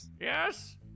yes